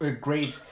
great